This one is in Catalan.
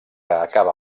acaba